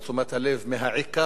מהסכסוך העיקרי,